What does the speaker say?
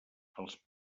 els